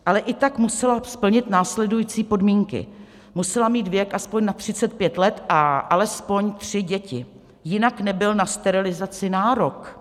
Ale i tak musela splnit následující podmínky: musela mít věk aspoň nad 35 let a alespoň tři děti, jinak nebyl na sterilizaci nárok.